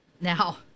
Now